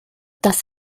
das